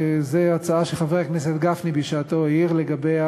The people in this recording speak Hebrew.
זו הצעה שחבר הכנסת גפני העיר לגביה